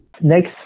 Next